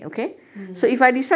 mm